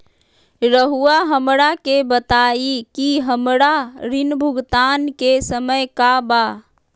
रहुआ हमरा के बताइं कि हमरा ऋण भुगतान के समय का बा?